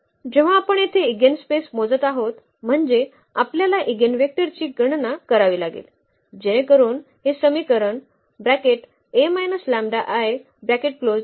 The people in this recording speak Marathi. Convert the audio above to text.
जेव्हा आपण येथे ईगेनस्पेस मोजत आहोत म्हणजे आपल्याला ईगेनवेक्टरची गणना करावी लागेल जेणेकरुन हे समीकरण असेल